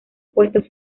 puestos